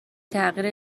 تغییر